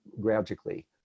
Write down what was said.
gradually